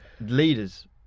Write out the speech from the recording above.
Leaders